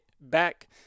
back